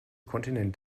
kontinent